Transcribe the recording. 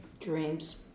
Dreams